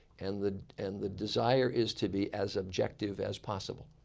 and the and the desire is to be as objective as possible.